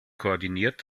koordiniert